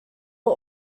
are